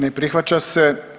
Ne prihvaća se.